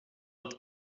het